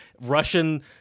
Russian